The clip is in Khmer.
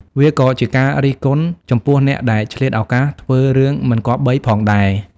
វាក៏ជាការរិះគន់ចំពោះអ្នកដែលឆ្លៀតឱកាសធ្វើរឿងមិនគប្បីផងដែរ។